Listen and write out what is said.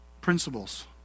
principles